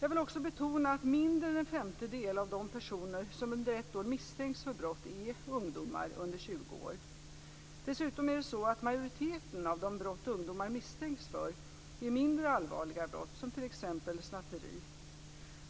Jag vill också betona att mindre än en femtedel av de personer som under ett år misstänks för brott är ungdomar under 20 år. Dessutom är det så att majoriteten av de brott ungdomar misstänks för är mindre allvarliga brott som t.ex. snatteri.